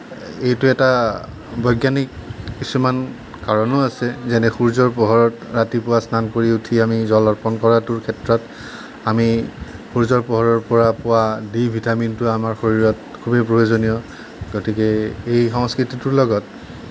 এইটো এটা বৈজ্ঞানিক কিছুমান কাৰণো আছে যেনে সূৰ্যৰ পোহৰত ৰাতিপুৱা স্নান কৰি উঠি আমি জল অৰ্পণ কৰাটোৰ ক্ষেত্ৰত আমি সূৰ্যৰ পোহৰৰ পৰা পোৱা ডি ভিটামিনটো আমাৰ শৰীৰত খুবেই প্ৰয়োজনীয় গতিকে এই সংস্কৃতিটোৰ লগত